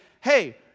hey